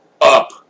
up